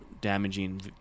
damaging